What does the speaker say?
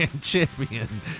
Champion